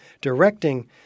directing